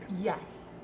Yes